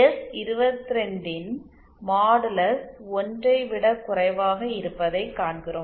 எஸ்22 ன் மாடுலஸ் 1 ஐ விடக் குறைவாக இருப்பதைக் காண்கிறோம்